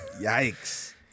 Yikes